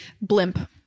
blimp